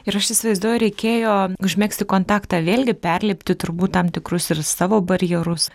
ir aš įsivaizduoju reikėjo užmegzti kontaktą vėlgi perlipti turbūt tam tikrus ir savo barjerus